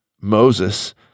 Moses